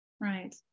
Right